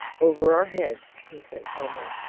over our heads, he said calmly.